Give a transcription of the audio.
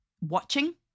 watching